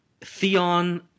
Theon